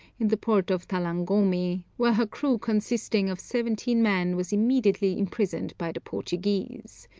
in the port of talangomi, where her crew consisting of seventeen men was immediately imprisoned by the portuguese.